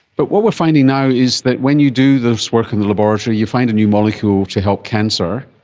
but what we are finding now is that when you do this work in the laboratory you find a new molecule to help cancer,